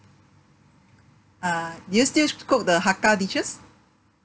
uh do you still cook the hakka dishes